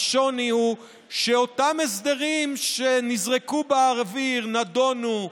השוני הוא שאת אותם הסדרים שנזרקו באוויר ונדונו,